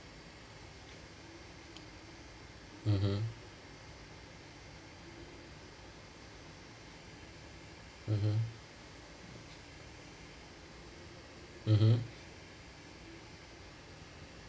mmhmm mmhmm mmhmm